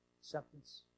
acceptance